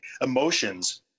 emotions –